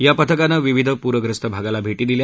या पथकानं विविध प्रग्रस्त भागाला भेटी दिल्या